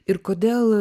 ir kodėl